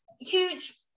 huge